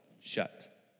shut